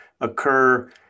occur